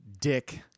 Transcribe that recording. dick